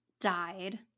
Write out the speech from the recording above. died